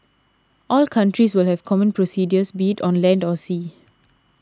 all countries will have common procedures be it on land or sea